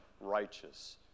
righteous